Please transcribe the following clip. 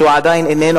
שעדיין איננו,